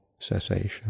cessation